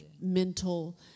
mental